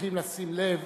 שצריכים לשים לב,